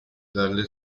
dalle